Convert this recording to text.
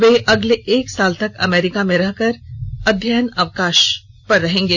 वे अगले एक साल तक अमेरिका में रहकर अध्ययन अवकाश पर रहेंगे